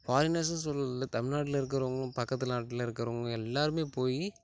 ஃபாரினர்ஸுஸ்னு சொல்ல தமிழ்நாட்டில இருக்கறவங்க பக்கத்து நாட்டில இருக்கறவங்க எல்லாருமே போய்